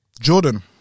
Jordan